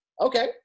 Okay